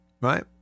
right